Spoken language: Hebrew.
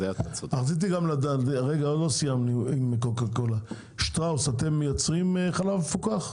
רציתי גם לדעת, שטראוס אתם מייצרים חלב מפוקח?